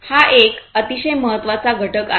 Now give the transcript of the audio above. हा एक अतिशय महत्त्वाचा घटक आहे